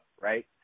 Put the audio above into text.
right